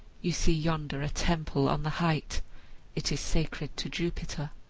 you see yonder a temple on the height it is sacred to jupiter.